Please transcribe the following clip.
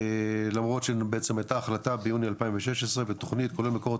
למרות שבעצם היתה החלטה ביוני 2016 בתוכנית כולל מקורות